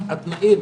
התנאים,